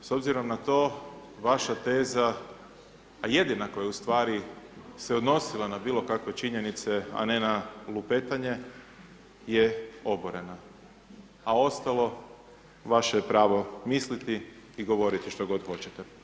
S obzirom na to, vaša teza, a jedina koja u stvari se odnosila na bilo kakve činjenice, a ne na lupetanje je oborena, a ostalo vaše je pravo misliti i govoriti što god hoćete.